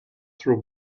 throw